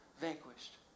vanquished